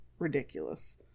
ridiculous